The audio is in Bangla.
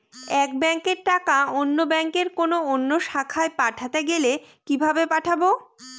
এক ব্যাংকের টাকা অন্য ব্যাংকের কোন অন্য শাখায় পাঠাতে গেলে কিভাবে পাঠাবো?